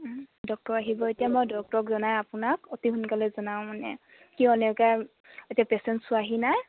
doctor আহিব এতিয়া মই ডক্টৰক জনাই আপোনাক অতি সোনকালে জনাওঁ মানে কিয় এনেকে এতিয়া পেচেণ্ট চোৱাহি নাই